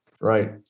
Right